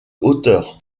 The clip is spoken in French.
hauteur